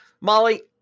Molly